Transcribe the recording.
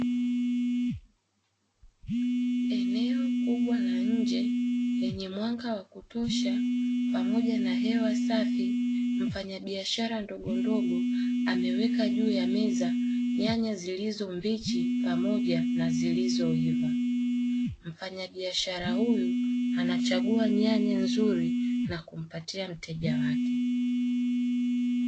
Eneo kubwa la nje lenye mwanga wa kutosha pamoja na hewa safi, mfanyabiashara ndogondogo ameweka juu ya meza nyanya zilizo mbichi pamoja na zilizo iva. Mfanyabiashara huyu anachagua nyanya nzuri na kumpatia mteja wake.